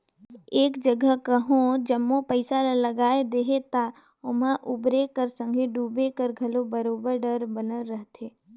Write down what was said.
एक जगहा कहों जम्मो पइसा ल लगाए देहे ता ओम्हां उबरे कर संघे बुड़े कर घलो बरोबेर डर बनल रहथे